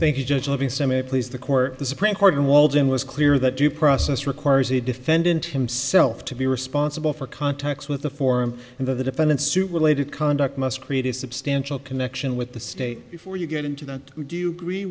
thank you judge livingstone it please the court the supreme court and walton was clear that due process requires the defendant himself to be responsible for contacts with the form and that the defendant suit related conduct must create a substantial connection with the state before you get into that would you agree